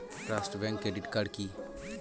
Trust bank credit card কি?